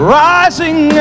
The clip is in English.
rising